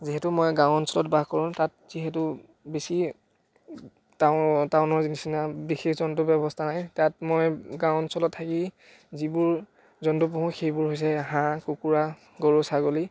যিহেটো মই গাঁও অঞ্চলত বাস কৰোঁ তাত যিহেতু বেছি টা টাউনৰ নিচিনা বিশেষ জন্তুৰ ব্যৱস্থা নাই তাত মই গাঁও অঞ্চলত থাকি যিবোৰ জন্তু পুহোঁ সেইবোৰ হৈছে হাঁহ কুকুৰা গৰু ছাগলী